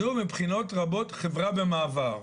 זו מבחינות רבות חברה במעבר.